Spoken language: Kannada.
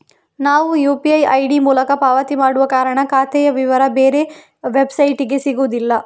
ನಾವು ಯು.ಪಿ.ಐ ಐಡಿ ಮೂಲಕ ಪಾವತಿ ಮಾಡುವ ಕಾರಣ ಖಾತೆಯ ವಿವರ ಬೇರೆ ವೆಬ್ಸೈಟಿಗೆ ಸಿಗುದಿಲ್ಲ